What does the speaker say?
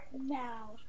Now